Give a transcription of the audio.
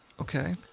Okay